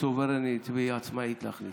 היא סוברנית והיא עצמאית להחליט.